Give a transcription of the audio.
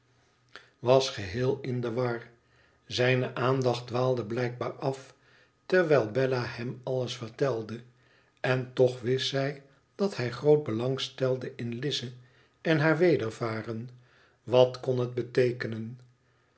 was geheel in de war zijne aandacht dwaalde blijkbaar af terwijl bella hem alles vertelde n toch wist zij dat hij groot belang stelde in lize en haar wedervaren wat kon het beteekenen